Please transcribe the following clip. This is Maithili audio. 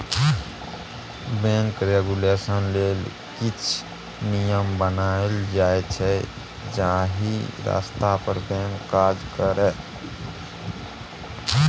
बैंक रेगुलेशन लेल किछ नियम बनाएल जाइ छै जाहि रस्ता पर बैंक काज करय